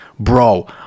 bro